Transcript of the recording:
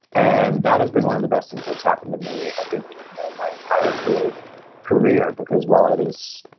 and that has been one of the best things that's happened to me, i think, you know in my entire creative career, because while it is,